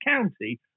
county